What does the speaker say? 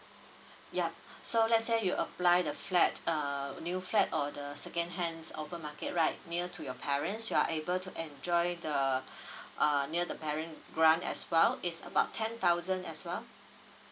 yeap so let's say you apply the flat uh new fat or the second hands open market right near to your parents you are able to enjoy the err near the parent grant as well is about ten thousand as well